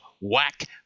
Whack